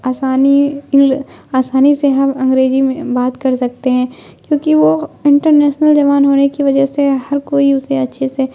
آسانی آسانی سے ہم انگریزی میں بات کر سکتے ہیں کیونکہ وہ انٹرنیشنل زبان ہونے کی وجہ سے ہر کوئی اسے اچھے سے